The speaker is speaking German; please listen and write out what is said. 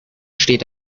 steht